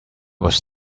was